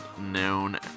known